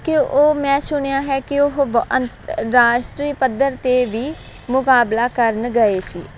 ਕਿ ਉਹ ਮੈਂ ਸੁਣਿਆ ਹੈ ਕਿ ਉਹ ਬ ਅੰ ਰਾਸ਼ਟਰੀ ਪੱਧਰ 'ਤੇ ਵੀ ਮੁਕਾਬਲਾ ਕਰਨ ਗਏ ਸੀ